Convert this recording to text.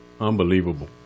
Unbelievable